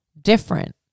different